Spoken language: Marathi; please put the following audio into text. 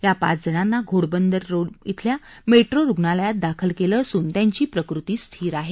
या पाच जणांना घोडबंदर रोड इथल्या मेट्रो रुग्णालयात दाखल केलं असून त्यांची प्रकृती स्थिर आहे